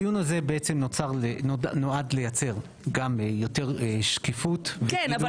הדיון הזה נועד לייצר גם יותר שקיפות במינוי --- כן,